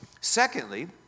Secondly